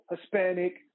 Hispanic